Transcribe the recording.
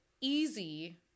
Easy